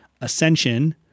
Ascension